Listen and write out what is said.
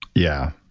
yeah.